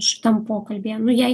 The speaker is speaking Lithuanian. šitam pokalbyje nu jei